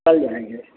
कल जाएंगे